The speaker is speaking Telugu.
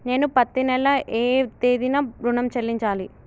నేను పత్తి నెల ఏ తేదీనా ఋణం చెల్లించాలి?